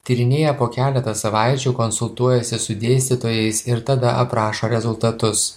tyrinėja po keleta savaičių konsultuojasi su dėstytojais ir tada aprašo rezultatus